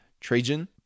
Trajan